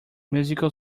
musical